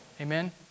Amen